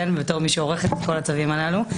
בתור מי שעורכת את כל הצווים הללו,